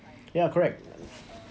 yeah correct